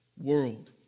world